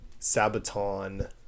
Sabaton